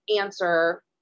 answer